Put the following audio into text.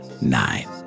nine